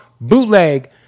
BOOTLEG